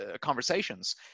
conversations